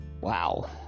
wow